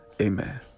Amen